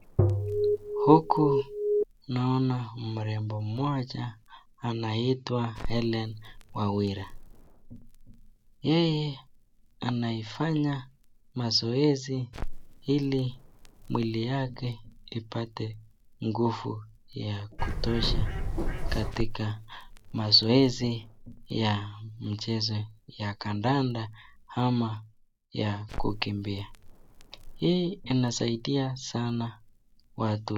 Huku naona mrembo moja anaitwa hellen wawira, yeye anaifanya mazoezi ili mwili yake ipate nguvu ya kutosha katika mazoezi ya mchezo ya kandanda ama kukimbia, hii inasaidia sana watu.